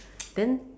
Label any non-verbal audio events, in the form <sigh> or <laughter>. <noise> then